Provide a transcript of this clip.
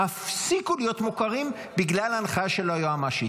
הפסיקו להיות מוכרים בגלל ההנחיה של היועמ"שית.